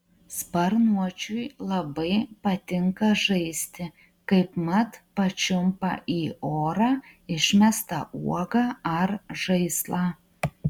sparnuočiui labai patinka žaisti kaipmat pačiumpa į orą išmestą uogą ar žaislą